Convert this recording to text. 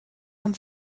man